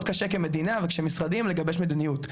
מאוד קשה כמדינה כמשרדים לגבש מדיניות,